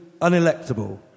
unelectable